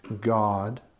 God